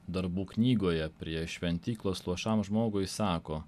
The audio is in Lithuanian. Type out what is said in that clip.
darbų knygoje prie šventyklos luošam žmogui sako